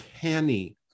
canny